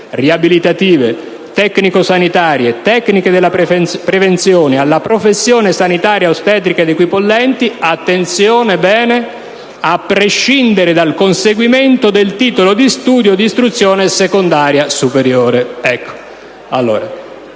riabilitative, tecnico-sanitarie, tecniche della prevenzione, alla professione sanitaria ostetrica ed equipollenti, a prescindere» - attenzione bene - «dal conseguimento del titolo di studio di istruzione secondaria superiore». Allora,